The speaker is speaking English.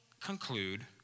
conclude